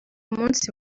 munsi